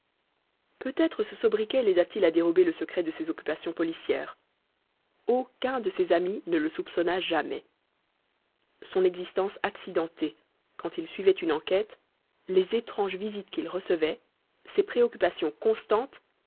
peut-être ce sobriquet laida t il à dérober le secret de ses occupations policières aucun de ses amis ne le soupçonna jamais son existence accidentée quand il suivait une enquêté les étranges visites qu'il recevait ses préoccupations constantes